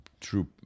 true